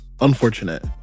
Unfortunate